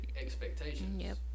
expectations